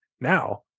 now